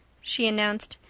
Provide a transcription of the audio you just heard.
she announced.